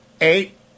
eight